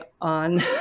on